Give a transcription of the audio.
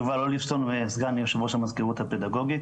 יובל אוליבסטון, סגן יושב-ראש המזכירות הפדגוגית.